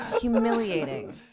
humiliating